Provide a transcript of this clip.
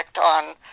on